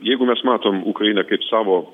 jeigu mes matom ukrainą kaip savo